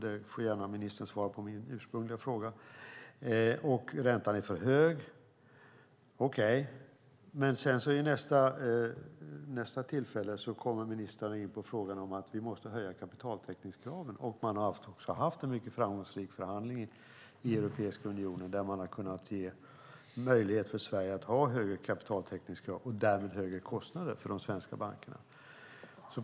Där får ministern gärna svara på min ursprungliga fråga. Man säger att räntan är för hög. Men sedan kommer ministrarna in på att vi måste höja kapitaltäckningskraven, och man har haft en framgångsrik förhandling i Europeiska unionen där man har kunnat ge möjlighet för Sverige att ha högre kapitaltäckningskrav och därmed högre kostnader för de svenska bankerna.